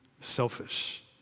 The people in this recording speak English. selfish